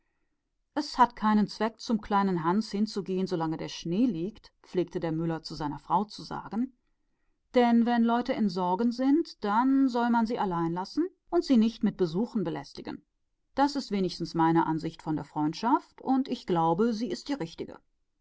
es hat gar keinen sinn daß ich den kleinen hans besuche solange der schnee liegt pflegte der müller zu seiner frau zu sagen wenn menschen sorgen haben muß man sie mit sich allein lassen und nicht mit besuchen belästigen das ist wenigstens meine ansicht von freundschaft und ich weiß sie ist die rechte